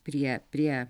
prie prie